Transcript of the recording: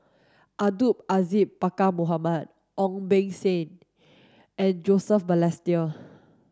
Abdul Aziz Pakkeer Mohamed Ong Beng Seng and Joseph Balestier